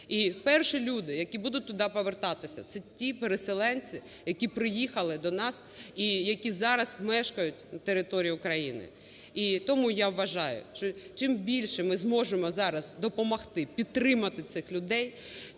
перші люди, які будуть туди повертатися, - це ті переселенці, які приїхали до нас і які зараз мешкають на території України. І тому я вважаю, що, чим більше ми зможемо зараз допомогти, підтримати цих людей,